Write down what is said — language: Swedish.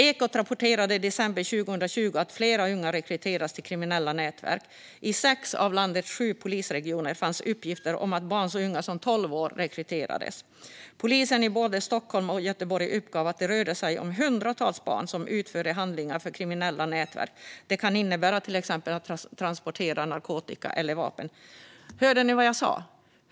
Ekot rapporterade i december 2020 att fler unga rekryteras till kriminella nätverk. I sex av landets sju polisregioner fanns uppgifter om att barn så unga som tolv år rekryterades. Polisen i både Stockholm och Göteborg uppgav att det rörde sig om hundratals barn som utförde handlingar för kriminella nätverk, till exempel att transportera narkotika eller vapen. Hörde ni vad jag sa?